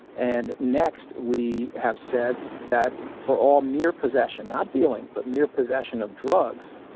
and next, we have said that for all mere possession, not dealing but mere possession of drugs,